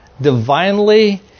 divinely